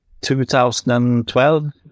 2012